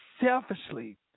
selfishly